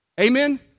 Amen